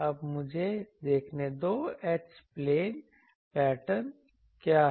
अब मुझे देखने दो H प्लेन पैटर्न क्या है